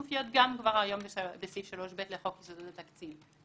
כבר מופיעות גם היום בסעיף 3ב לחוק יסודות התקציב,